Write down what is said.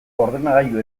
ordenagailu